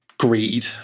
Greed